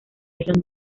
región